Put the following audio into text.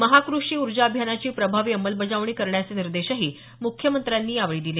महाकृषी ऊर्जा अभियानाची प्रभावी अंमलबजावणी करण्याचे निर्देश मुख्यमंत्र्यांनी संबंधितांना दिले